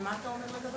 ומה אתה אומר לגביו?